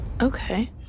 Okay